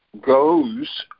goes